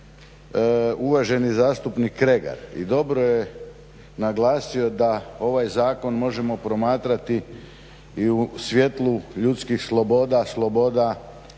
uvaženi zastupnik Kregar i dobro je naglasio da ovaj zakon možemo promatrati i u svjetlu ljudskih sloboda, sloboda